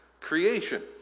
creation